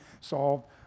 solved